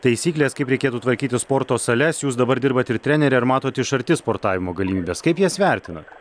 taisyklės kaip reikėtų tvarkyti sporto sales jūs dabar dirbate ir trenere ir matot iš arti sportavimo galimybes kaip jas vertinat